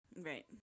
Right